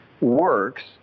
works